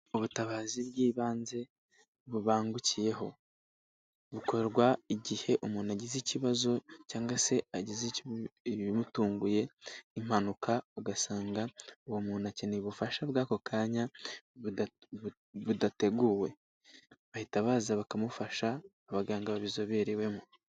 Ubutabazi bw'ibanze bubangukiyeho bukorwa igihe umuntu agize ikibazo cyangwa se agize ibimutunguye impanuka ugasanga uwo muntu akeneye ubufasha bw'ako kanya budateguwe, bahita baza bakamufasha abaganga babizoberewemo.